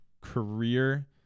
career